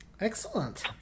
Excellent